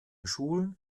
schulen